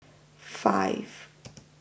five